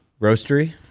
Roastery